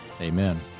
Amen